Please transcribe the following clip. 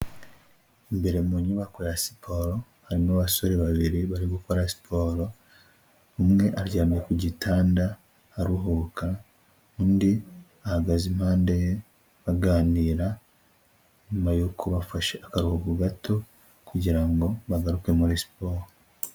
Imbere mu nyubako ya siporo harimo abasore babiri bari gukora siporo, umwe aryamye ku gitanda aruhuka undi ahagaze impande ye baganira, nyuma yuko bafashe akaruhuko gato kugira ngo bagaruke muri siporo.